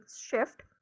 shift